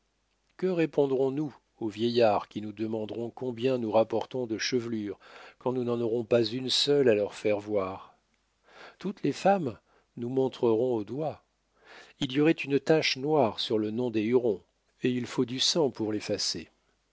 que répondrons-nous aux vieillards qui nous demanderont combien nous rapportons de chevelures quand nous n'en aurons pas une seule à leur faire voir toutes les femmes nous montreront au doigt il y aurait une tache noire sur le nom des hurons et il faut du sang pour l'effacer